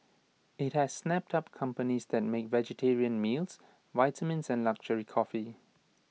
IT has snapped up companies that make vegetarian meals vitamins and luxury coffee